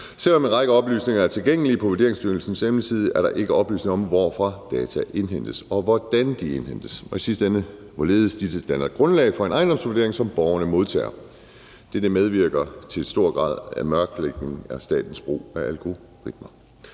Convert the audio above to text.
selv om en række oplysninger er tilgængelige. På Vurderingsstyrelsens hjemmeside er der ikke oplysninger om, hvorfra data indhentes, hvordan de indhentes, og i sidste ende hvorledes disse danner grundlag for en ejendomsvurdering, som borgerne modtager. Dette medvirker til en stor grad af mørklægning af statens brug af algoritmer.